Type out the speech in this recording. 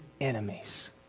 enemies